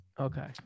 Okay